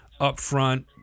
upfront